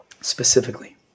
Specifically